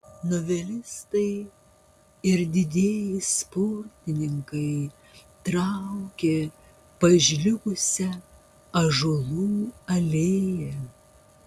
novelistai ir didieji sportininkai traukė pažliugusia ąžuolų alėja